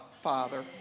Father